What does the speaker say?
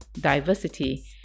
diversity